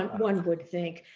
and one would think.